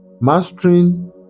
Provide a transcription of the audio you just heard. Mastering